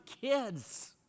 kids